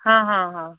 ହଁ ହଁ ହଁ